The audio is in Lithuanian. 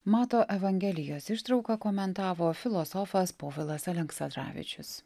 mato evangelijos ištrauką komentavo filosofas povilas aleksandravičius